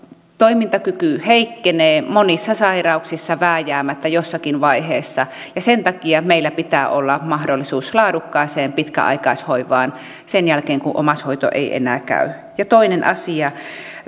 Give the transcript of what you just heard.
toimintakyky heikkenee monissa sairauksissa vääjäämättä jossakin vaiheessa ja sen takia meillä pitää olla mahdollisuus laadukkaaseen pitkäaikaishoivaan sen jälkeen kun omaishoito ei enää käy ja toisena asiana